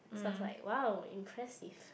so I was like !wow! impressive